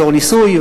בתור ניסוי,